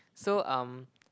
so um